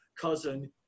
cousin